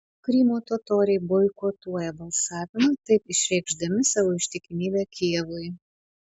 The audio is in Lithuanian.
krymo totoriai boikotuoja balsavimą taip išreikšdami savo ištikimybę kijevui